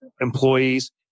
employees